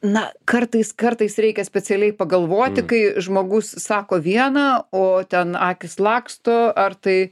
na kartais kartais reikia specialiai pagalvoti kai žmogus sako vieną o ten akys laksto ar tai